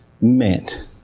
meant